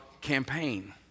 campaign